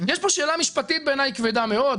בעיני יש כאן שאלה משפטית כבדה מאוד,